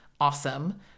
awesome